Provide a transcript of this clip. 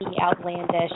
outlandish